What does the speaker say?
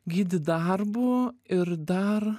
gydyt darbu ir dar